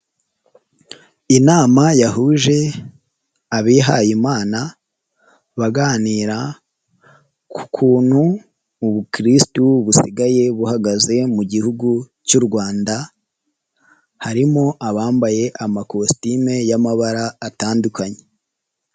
Inama yahuje abihayimana, baganira ku kuntu ubukirisitu busigaye buhagaze mu gihugu cy'u Rwanda. Harimo abambaye amakositime y'amabara atandukanye.